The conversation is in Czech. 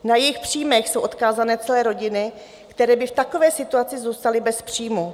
Na jejich příjmy jsou odkázané celé rodiny, které by v takové situaci zůstaly bez příjmu.